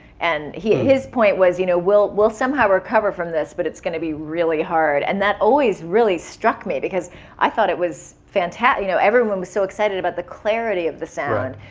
and ah his point was, you know we'll we'll somehow recover from this, but it's gonna be really hard. and that always really struck me because i thought it was fantastic. you know everyone was so excited about the clarity of the sound.